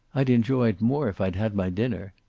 i'd enjoy it more if i'd had my dinner.